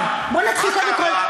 ממש, תקשיבי.